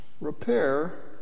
Repair